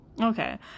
Okay